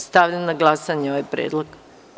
Stavljam na glasanje ovaj predlog.